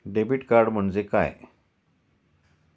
Debit card म्हणजे काय?